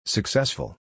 Successful